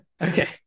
Okay